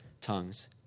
tongues